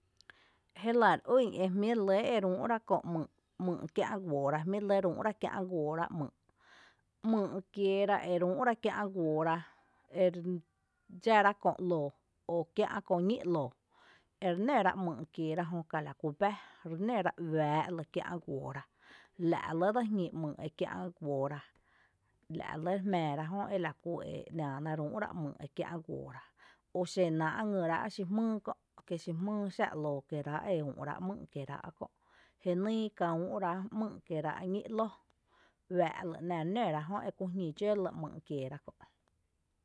Jélⱥ re ýn e jmíií’ re lɇ ere úu’rá köö ‘myy’, ‘myy’ kiä’ guoorá ‘myy’, ‘myy’ kieera ere úu’rá kiä’ guoora, ere dxára köö ´lǿǿ o kiä’ köö ñí’ ´lǿǿ ere nǿra ‘myy’ kieera jö kala kú bⱥ re nǿra uⱥⱥ’ lɇ kiä’ guoora la’ re lɇ dse jñi ‘myy’ kiä’ guoora, la’ re lɇ re jmⱥⱥ ra jö ela kú e náaná üu’rá ´myy’ kiä’ guoora, oxenáa’ ngyrá’ xí jmýy kö’ kí xi jmýy xa ‘loo kieerá’ e úu’ráa’ ´myy’ kieerá’ kö’ jenyy kaüu’ rá’ ‘myy’ kieerá’ ñí’ ‘loo uⱥⱥ’ lɇ ‘ná’ re nǿ ra jö eku jñi dxǿ ‘myy’ kieera kö’.